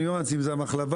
אני אומר לעצמי אם זו המחלבה,